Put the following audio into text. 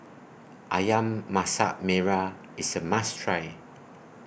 Ayam Masak Merah IS A must Try